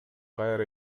кайра